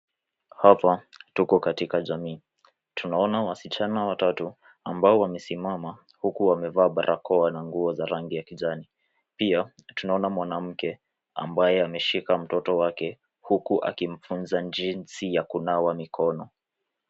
Hapa tuko katika jamii, tunaona wasichana watatu ambao wamesimama huku wamevaa barakoa na nguo za rangi ya kijani. Pia tunaona mwanamke ambaye ameshika mtoto wake, huku akimfunza jinsi ya kunawa mikono.